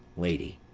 lady.